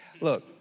Look